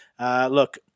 Look